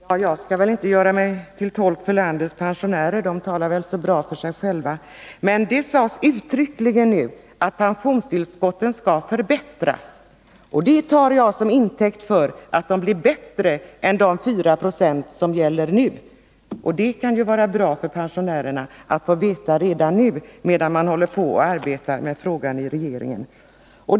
Herr talman! Jag skall väl inte göra mig till tolk för landets pensionärer. De kan tala så bra för sig själva. Det sades uttryckligen att pensionstillskotten skall förbättras, vilket jag tar till intäkt för att det blir mer än de fyra procenten som gäller nu. Det kan ju vara bra för pensionärerna att redan nu, medan man arbetar med frågan i regeringen, få veta detta.